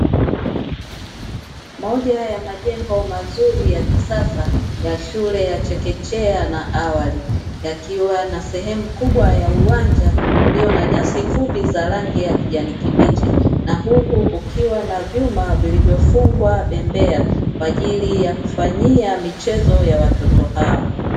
Moja ya majengo mazuri ya kisasa ya shule ya chekechea na awali; yakiwa na sehemu kubwa ya uwanja ulio na nyasi fupi za rangi ya kijani kibichi, na huku kukiwa na vyuma vilivyofungwa bembea kwa ajili ya kufanyia michezo ya watoto hao.